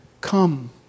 come